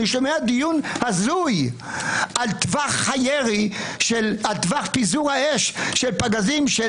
אני שומע דיון הזוי על טווח פיזור האש של פגזים של